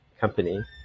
company